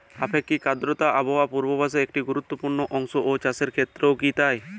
আপেক্ষিক আর্দ্রতা আবহাওয়া পূর্বভাসে একটি গুরুত্বপূর্ণ অংশ এবং চাষের ক্ষেত্রেও কি তাই?